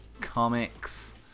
comics